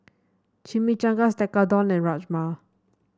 Chimichangas Tekkadon and Rajma